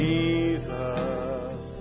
Jesus